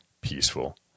peaceful